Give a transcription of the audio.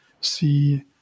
see